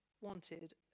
wanted